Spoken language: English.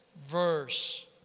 verse